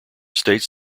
states